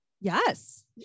Yes